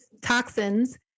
toxins